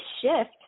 shift